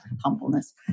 humbleness